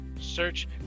search